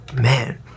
man